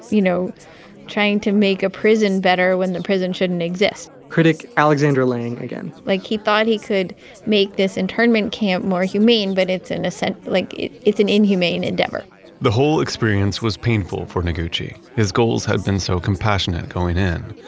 you know trying to make a prison better when the prison shouldn't exist critic alexandra lang again like he thought he could make this internment camp more humane, but it's in a sense, like it's an inhumane endeavor the whole experience was painful for noguchi. his goals had been so compassionate going in,